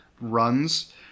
runs